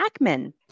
Ackman